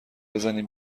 بزنین